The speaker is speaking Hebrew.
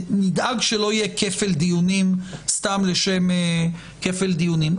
נדאג שלא יהיה כפל דיונים סתם לשם כפל דיונים.